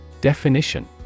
Definition